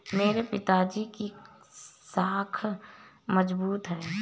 मेरे पिताजी की साख मजबूत है